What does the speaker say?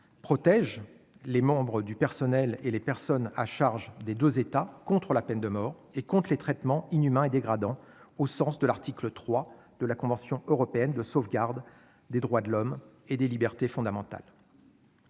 protège les membres du personnel et les personnes à charge des 2 États contre la peine de mort et compte les traitements inhumains et dégradants au sens de l'article 3 de la Convention européenne de sauvegarde des droits de l'homme et des libertés fondamentales.